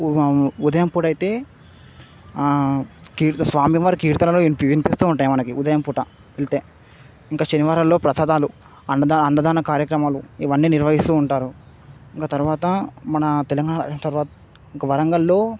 ఉదయం పూటయితే కీర్త స్వామివారి కీర్తనలు విని వినిపిస్తూ ఉంటాయి మనకి ఉదయం పూట వెళ్తే ఇంకా శనివారంలో ప్రసాదాలు అన్నదా అన్నదాన కార్యక్రమాలు ఇవన్నీ నిర్వహిస్తూవుంటారు ఇంక తర్వాత మన తెలంగాణ రాష్ ఇంకా వరంగల్లో